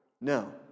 No